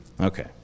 Okay